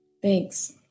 Thanks